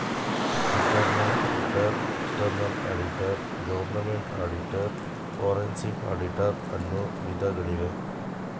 internal auditor, external auditor, government auditor, forensic auditor, ಅನ್ನು ವಿಧಗಳಿವೆ